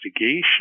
investigation